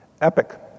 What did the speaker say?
EPIC